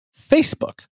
Facebook